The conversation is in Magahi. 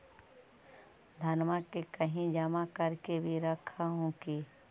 धनमा के कहिं जमा कर के भी रख हू की?